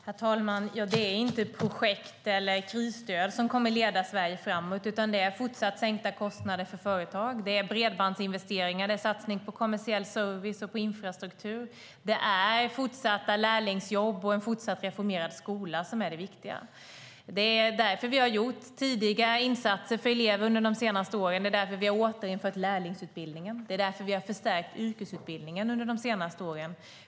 Herr talman! Det är inte projekt eller krisstöd som kommer att leda Sverige framåt utan det är fortsatt sänkta kostnader för företag, det är bredbandsinvesteringar, det är satsningar på kommersiell service och på infrastruktur och det är fortsatta lärlingsjobb och en fortsatt reformering av skolan som är det viktiga. Det är därför som vi har gjort tidiga insatser för elever under de senaste åren. Det är därför som vi har återinfört lärlingsutbildningen, och det är därför som vi har förstärkt yrkesutbildningen under de senaste åren.